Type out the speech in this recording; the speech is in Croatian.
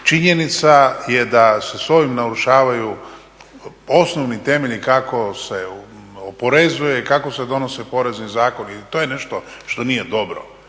činjenica je da se sa ovim narušavaju osnovni temelji kako se oporezuje i kako se donose porezni zakoni. I to je nešto što nije dobro.